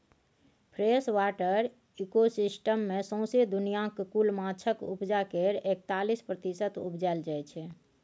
freshwater ecosystem मे सौसें दुनियाँक कुल माछक उपजा केर एकतालीस प्रतिशत उपजाएल जाइ छै